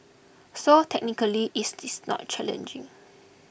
so technically it's this not challenging